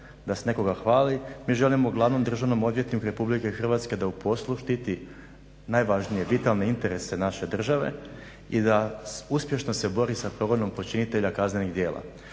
da se nekoga hvali. Mi želimo glavnom državnom odvjetniku RH da u poslu štiti najvažnije vitalne interese naše države i da uspješno se bori sa progonom počinitelja kaznenih djela.